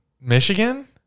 Michigan